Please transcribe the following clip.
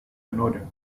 another